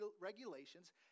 regulations